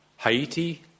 Haiti